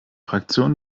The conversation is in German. fraktion